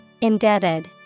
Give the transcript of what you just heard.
Indebted